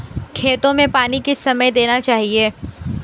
खेतों में पानी किस समय देना चाहिए?